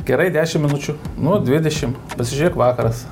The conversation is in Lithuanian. gerai dešim minučių nu dvidešim pasižiūrėk vakaras